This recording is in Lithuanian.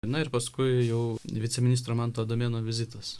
na ir paskui jau viceministro manto adomėno vizitas